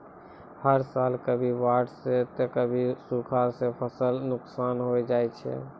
हर साल कभी बाढ़ सॅ त कभी सूखा सॅ फसल नुकसान होय जाय छै